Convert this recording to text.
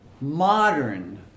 modern